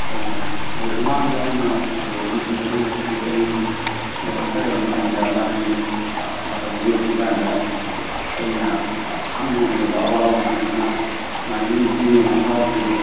ꯑꯣ ꯍꯣꯏ ꯃꯃꯥꯡꯗ ꯑꯩꯅ ꯑꯥ ꯂꯩꯔꯝꯕ ꯁꯦꯟꯇꯔꯁꯤꯡꯗꯨꯁꯨ ꯑꯩ ꯑꯗꯨꯝ ꯃꯇꯝ ꯈꯔ ꯂꯩꯔꯝꯂ ꯀꯥꯟꯗ ꯃꯥꯒꯤ ꯃꯇꯝꯗꯨ ꯌꯧꯗ꯭ꯔꯤ ꯀꯥꯟꯗ ꯎꯝ ꯑꯩꯅ ꯈꯥꯡꯕ ꯉꯝꯗꯕ ꯑꯋꯥꯕ ꯃꯌꯥꯝꯗꯨꯅ ꯁꯨꯃꯥꯏꯅ ꯌꯨꯝꯗ ꯊꯣꯛꯅꯤꯡꯕ ꯃꯌꯥꯝ ꯐꯥꯎꯔꯛꯈꯤꯕꯀꯣ